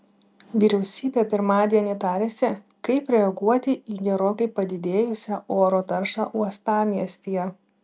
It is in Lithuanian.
vyriausybė pirmadienį tarėsi kaip reaguoti į gerokai padidėjusią oro taršą uostamiestyje